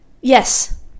Yes